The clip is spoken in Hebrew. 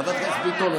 חברת הכנסת ביטון,